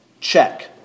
Check